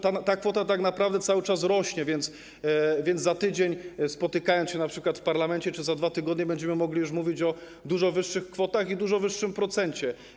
Ta kwota tak naprawdę cały czas rośnie, więc za tydzień, spotykając się np. w parlamencie, czy za 2 tygodnie będziemy mogli już mówić o dużo wyższych kwotach i dużo wyższym procencie.